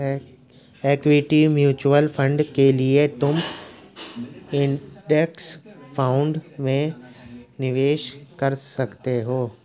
equity mutual fund के लिए तुम इंडेक्स फंड में निवेश कर सकते हो